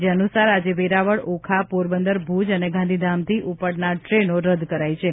જે અનુસાર આજે વેરાવળ ઓખાપોરબંદર ભુજ અને ગાંધીધામથી ઉપડનાર ટ્રેનો રદ્દ કરાઇ છે